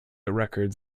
records